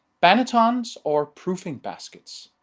bannetons or proofing baskets.